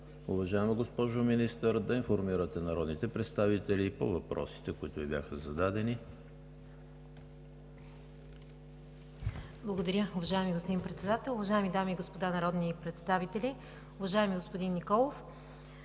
уважаема госпожо Министър, да информирате народните представители по въпросите, които Ви бяха зададени. МИНИСТЪР ТЕМЕНУЖКА ПЕТКОВА: Благодаря, уважаеми господин Председател. Уважаеми дами и господа народни представители! Уважаеми господин Николов!